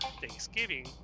Thanksgiving